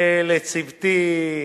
לצוותי,